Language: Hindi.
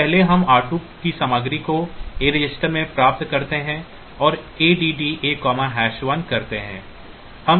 तो पहले हम r2 की सामग्री को A रजिस्टर में प्राप्त करते हैं और ADD A1 करते हैं